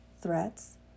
threats